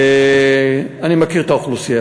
אני מכיר את האוכלוסייה.